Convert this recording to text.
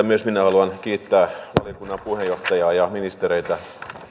myös minä haluan kiittää valiokunnan puheenjohtajaa ja ministereitä